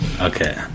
okay